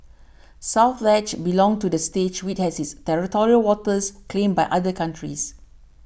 South Ledge belonged to the state which has its territorial waters claimed by other countries